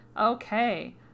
Okay